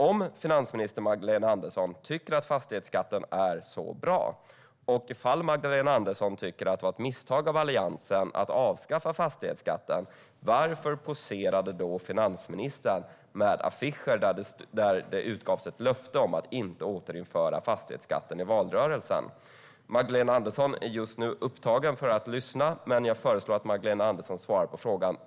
Om finansminister Magdalena Andersson tycker att fastighetsskatten är så bra och om hon tycker att det var ett misstag av Alliansen att avskaffa fastighetsskatten, varför poserade hon då i valrörelsen på affischer där det utgavs ett löfte om att inte återinföra fastighetsskatten? Magdalena Andersson är just nu för upptagen för att lyssna, men jag föreslår att hon svarar på frågan.